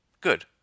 Good